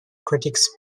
critics